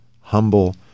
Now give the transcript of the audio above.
humble